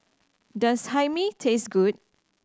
does Hae Mee taste good